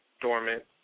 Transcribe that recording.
dormant